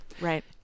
Right